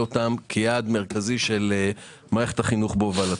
אותם כיעד מרכזי של מערכת החינוך בהובלתי.